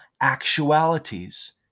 actualities